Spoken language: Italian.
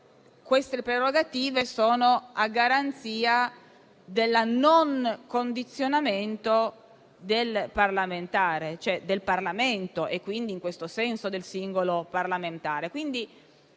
queste prerogative sono a garanzia del non condizionamento del Parlamento e, quindi, in questo senso del singolo parlamentare.